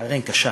ע'ין קשה.